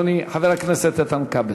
אדוני חבר הכנסת איתן כבל.